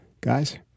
Guys